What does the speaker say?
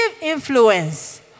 influence